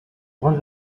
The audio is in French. grande